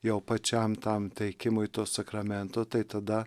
jau pačiam tam teikimui to sakramento tai tada